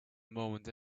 moment